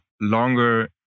longer